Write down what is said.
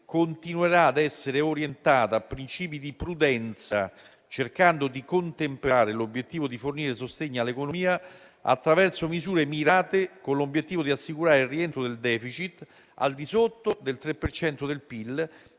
continuerà ad essere orientata a principi di prudenza, cercando di contemperare l'obiettivo di fornire sostegno all'economia attraverso misure mirate con l'obiettivo di assicurare il rientro del *deficit* al di sotto del 3 per